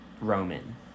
Roman